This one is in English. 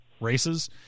races